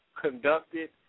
conducted